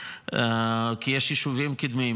יש יישובים קדמיים,